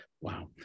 Wow